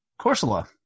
Corsola